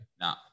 No